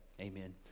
amen